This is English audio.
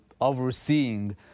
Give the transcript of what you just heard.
overseeing